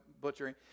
butchering